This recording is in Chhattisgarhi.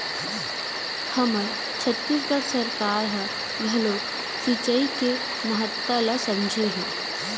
हमर छत्तीसगढ़ सरकार ह घलोक सिचई के महत्ता ल समझे हे